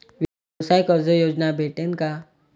व्यवसाय कर्ज योजना भेटेन का?